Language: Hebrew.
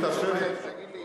תגיד לי,